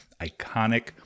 iconic